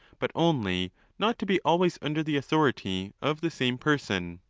but only not to be always under the authority of the same person.